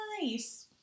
nice